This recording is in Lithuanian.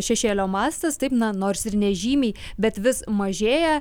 šešėlio mastas taip na nors ir nežymiai bet vis mažėja